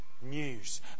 news